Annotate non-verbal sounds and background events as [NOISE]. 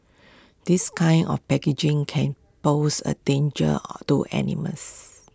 [NOISE] this kind of packaging can pose A danger or to animals